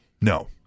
No